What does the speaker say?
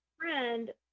friend